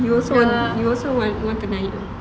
ya